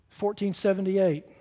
1478